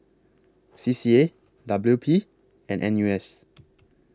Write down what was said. C C A W P and N U S